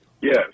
yes